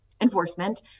enforcement